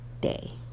day